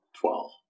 Twelve